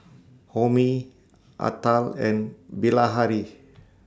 Homi Atal and Bilahari